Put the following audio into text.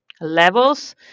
levels